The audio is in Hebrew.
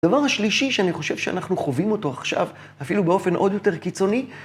הדבר השלישי שאני חושב שאנחנו חווים אותו עכשיו, אפילו באופן עוד יותר קיצוני...